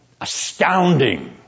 astounding